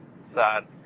sad